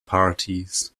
parties